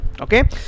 Okay